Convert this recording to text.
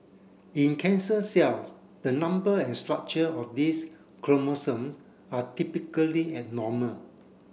in cancer cells the number and structure of these chromosomes are typically abnormal